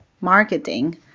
marketing